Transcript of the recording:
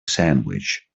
sandwich